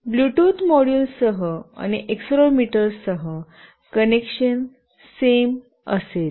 Bluetooth मॉड्यूलसह आणि accelerometer सह कनेक्शन सेम असेल